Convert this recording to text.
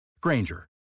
Granger